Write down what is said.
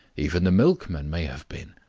even the milkman may have been.